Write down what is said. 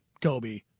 Kobe